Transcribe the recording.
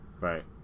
Right